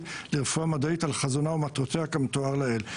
לרפואה מדעית על חזונה ומטרותיה כמתואר לעיל".